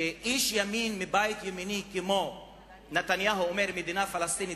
שאיש ימין מבית ימני כמו נתניהו אומר "מדינה פלסטינית",